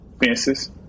Fences